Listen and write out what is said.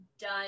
done